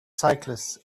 cyclists